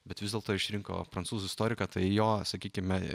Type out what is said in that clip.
bet vis dėlto išrinko prancūzų istoriką tai jo sakykime